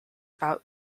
about